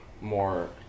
more